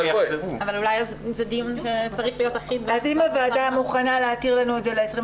אם הוועדה מוכנה להתיר לנו את זה ל-28